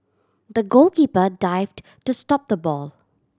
the goalkeeper dived to stop the ball